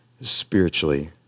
spiritually